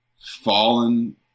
fallen